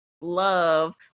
love